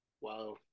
Wow